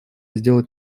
сделать